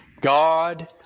God